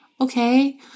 Okay